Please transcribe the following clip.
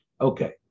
Okay